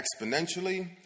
exponentially